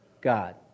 God